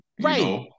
Right